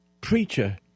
preacher